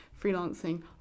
freelancing